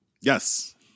Yes